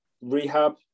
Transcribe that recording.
rehab